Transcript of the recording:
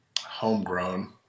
homegrown